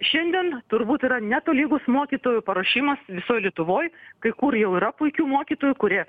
šiandien turbūt yra netolygus mokytojų paruošimas visoj lietuvoj kai kur jau yra puikių mokytojų kurie